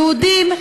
יהודים,